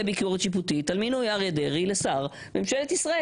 ביקורת שיפוטית על מינוי אריה דרעי לשר בממשלת ישראל.